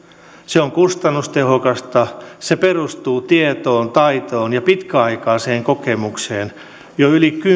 se on kustannustehokasta se perustuu tietoon taitoon ja pitkäaikaiseen kokemukseen jo yli